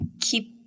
keep